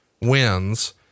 wins